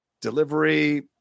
Delivery